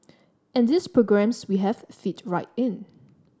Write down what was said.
and these programmes we have fit right in